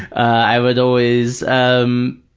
i would always, um